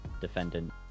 defendant